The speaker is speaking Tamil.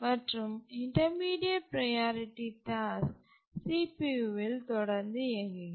மற்றும் இன்டர்மீடியட் ப்ரையாரிட்டி டாஸ்க் CPUவில் தொடர்ந்து இயங்குகிறது